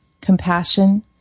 compassion